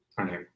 Okay